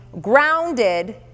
grounded